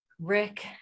Rick